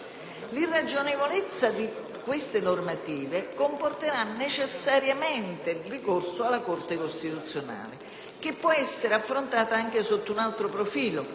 L'irragionevolezza di queste normative comporterà necessariamente il ricorso alla Corte costituzionale, che può essere richiamata anche sotto un altro profilo.